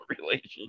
relationship